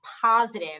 positive